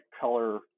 color